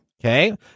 Okay